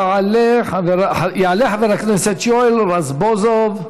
יעלה חבר הכנסת יואל רזבוזוב,